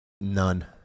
None